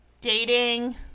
dating